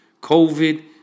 COVID